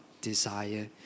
desire